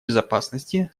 безопасности